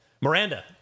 Miranda